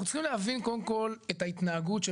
אנחנו צריכים קודם כל להבין את ההתנהגות של